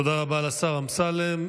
תודה רבה לשר אמסלם.